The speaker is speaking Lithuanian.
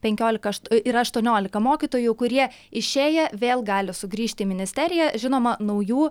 penkiolika aš yra aštuoniolika mokytojų kurie išėję vėl gali sugrįžti į ministeriją žinoma naujų